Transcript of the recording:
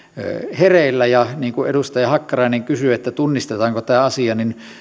hereillä niin kuin edustaja hakkarainen kysyi että tunnistetaanko tämä asia niin